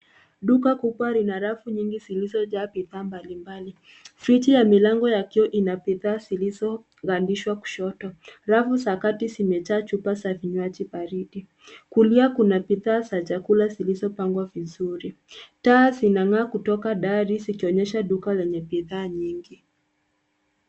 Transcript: Duka kubwa lina rafu nyingi zilizojaa bidhaa mbalimbali. Friji ya milango ya kioo ina bidhaa zilizogandishwa kushoto. Rafu za kati zimejaa chupa za vinywaji baridi. Kulia kuna bidhaa za chakula zilizoangwa vizuri. Taa zinang'aa kutoka dari zikionyesha duka lenye bidhaa nyingi.